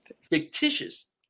Fictitious